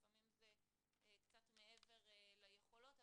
לפעמים זה קצת מעבר ליכולות.